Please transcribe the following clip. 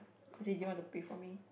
cause they didn't want to pay for me